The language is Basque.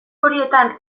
horietan